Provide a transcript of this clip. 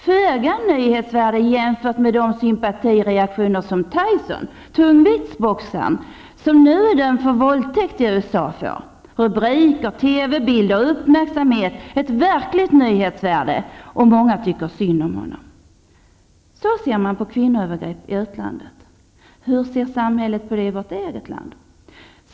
Föga nyhetsvärde jämfört med de sympatireaktioner som Tyson, tungviktsboxaren, som nu är dömd för våldtäkt i USA, får. Rubriker, TV-bilder, uppmärksamhet -- ett verkligt nyhetsvärde! Många tycker synd om honom. Så ser man på kvinnoövergrepp i utlandet. Hur ser samhället på det i vårt eget land?